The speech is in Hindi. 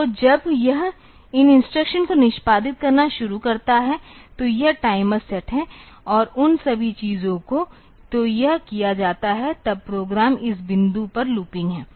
तो जब यह इन इंस्ट्रक्शन को निष्पादित करना शुरू करता है तो यह टाइमर सेट है और उन सभी चीजों को तो यह किया जाता है तब प्रोग्राम इस बिंदु पर लूपिंग है